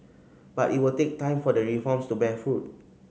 but it will take time for the reforms to bear fruit